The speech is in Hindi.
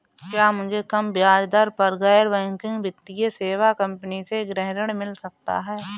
क्या मुझे कम ब्याज दर पर गैर बैंकिंग वित्तीय सेवा कंपनी से गृह ऋण मिल सकता है?